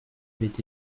avaient